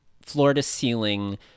floor-to-ceiling